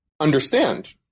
understand